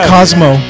Cosmo